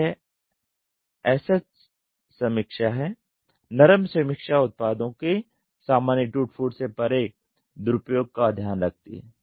तो यह SH समीक्षा है नरम समीक्षा उत्पादों के सामान्य टूट फूट से परे दुरूपयोग का ध्यान रखती हैं